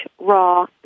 raw